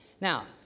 Now